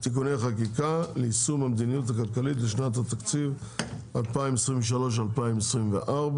(תיקוני חקיקה ליישום המדיניות הכלכלית לשנות התקציב 2023 ו-2024),